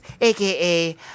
aka